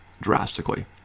drastically